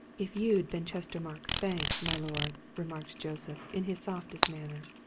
if you'd been chestermarke's bank, my lord, remarked joseph, in his softest manner,